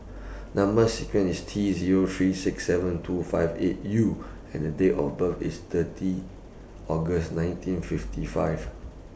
Number sequence IS T Zero three six seven two five eight U and Date of birth IS thirty August nineteen fifty five